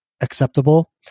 acceptable